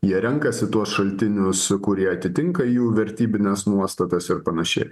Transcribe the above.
jie renkasi tuos šaltinius kurie atitinka jų vertybines nuostatas ir panašiai